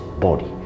body